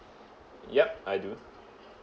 yup I do